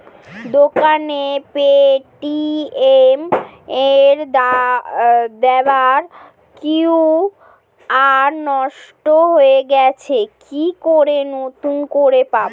দোকানের পেটিএম এর দেওয়া কিউ.আর নষ্ট হয়ে গেছে কি করে নতুন করে পাবো?